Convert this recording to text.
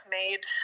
made